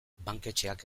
banketxeak